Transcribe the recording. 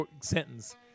sentence